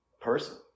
person